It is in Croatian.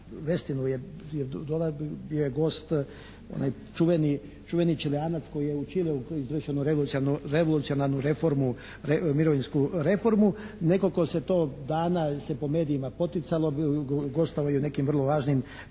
Westinu jer bio je gost onaj čuveni Čileanac koji je u Čileu izvršio revolucionarnu reformu, mirovinsku reformu. Nekoliko se to dana po medijima poticalo, …/Govornik se ne razumije./…